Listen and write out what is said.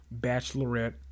Bachelorette